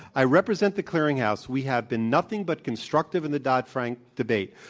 i represent the clearing house. we have been nothing but constructive in the dodd-frank debate.